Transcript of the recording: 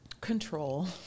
control